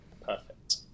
Perfect